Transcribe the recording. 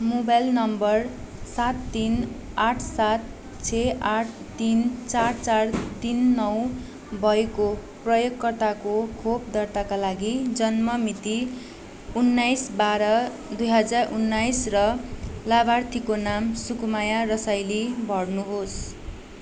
mobile number सात तिन आठ सात छ आठ तिन चार चार तिन नौ भएको प्रयोगकर्ताको खोप दर्ताका लागि जन्म मिति उन्नाइस बाह्र दुई हजार उन्नाइस र लाभार्थीको नाम सुकुमाया रसाइली भर्नुहोस्